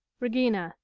regina.